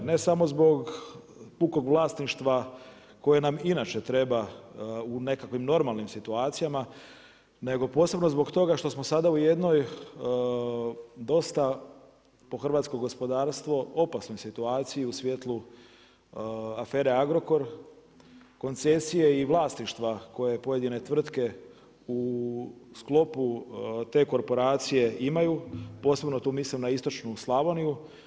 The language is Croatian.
Ne samo zbog puko vlasništva koje nam inače treba u nekakvim normalnim situacijama, nego posebno zbog toga što smo sada u jednoj dosta po hrvatsko gospodarstvo, opasnoj situaciji u svjetlu afere Agrokor, koncesije i vlasništva koje pojedine tvrtke u sklopu te korporacije imaju, posebno tu mislim na istočnu Slavoniju.